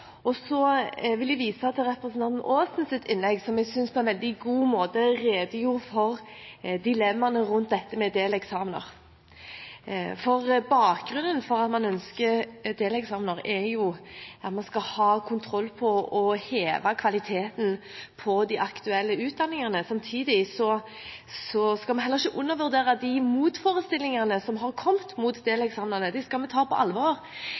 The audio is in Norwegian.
saken. Så vil jeg vise til representanten Aasens innlegg, som jeg synes på en veldig god måte redegjorde for dilemmaene rundt deleksamener. Bakgrunnen for at man ønsker deleksamener, er kontroll på å heve kvaliteten på de aktuelle utdanningene. Samtidig skal man ikke undervurdere de motforestillingene som har kommet mot deleksamener, dem skal vi ta på alvor.